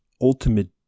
ultimate